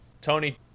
Tony